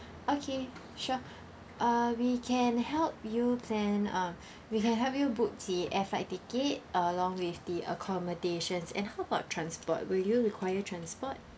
okay sure uh we can help you plan um we can help you book the air flight ticket along with the accommodations and how about transport will you require transport